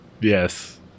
Yes